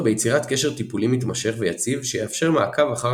ביצירת קשר טיפולי מתמשך ויציב שיאפשר מעקב אחר